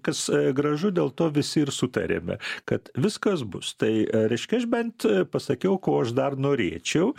kas gražu dėl to visi ir sutarėme kad viskas bus tai reiškia aš bent pasakiau ko aš dar norėčiau